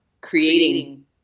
creating